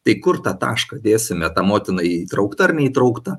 tai kur tą tašką dėsime ta motina įtraukta ar neįtraukta